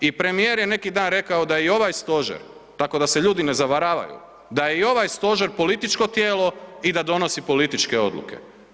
I premijer je neki dan rekao da i ovaj Stožer, tako da se ljudi ne zavaravaju, da je i ovaj Stožer političko tijelo i da donosi političke odluke.